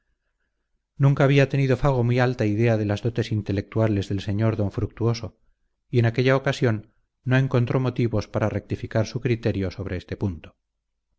nunca había tenido fago muy alta idea de las dotes intelectuales del sr d fructuoso y en aquella ocasión no encontró motivos para rectificar su criterio sobre este punto